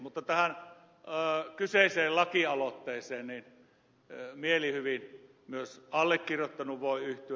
mutta tähän kyseiseen lakialoitteeseen mielihyvin myös allekirjoittanut voi yhtyä